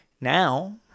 Now